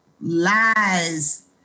lies